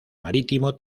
marítimo